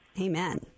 Amen